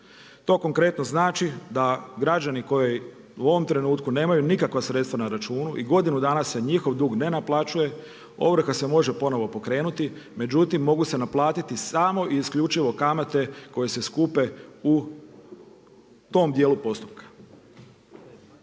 To konkretno znači da građani koji u ovom trenutku nemaju nikakva sredstva na računu i godinu dana se njihov dug ne naplaćuje, ovrha se može ponovo pokrenuti, međutim mogu se naplatiti samo i isključivo kamate koje se skupe u tom dijelu postupka.